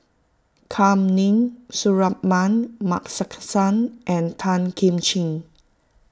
Kam Ning Suratman Markasan and Tan Kim Ching